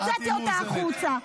הוצאתי אותה החוצה.